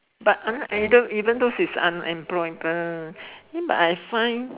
but ev~ even even though she's unemployed uh eh but I find